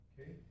Okay